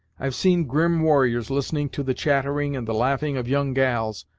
i've seen grim warriors listening to the chattering and the laughing of young gals,